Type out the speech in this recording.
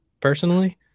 personally